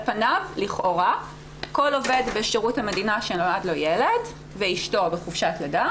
על פניו לכאורה כל עובד בשירות המדינה שנולד לו ילד ואשתו בחופשת לידה